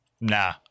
nah